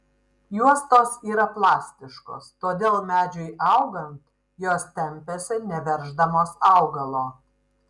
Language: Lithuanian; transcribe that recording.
juostos yra plastiškos todėl medžiui augant jos tempiasi neverždamos augalo